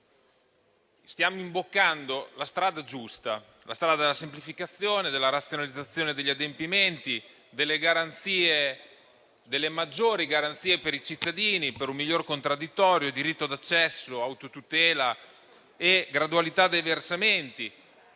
stiamo imboccando la strada giusta, la strada della semplificazione, della razionalizzazione degli adempimenti, delle maggiori garanzie per i cittadini per un miglior contraddittorio, diritto d'accesso, autotutela e gradualità dei versamenti,